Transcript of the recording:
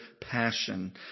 passion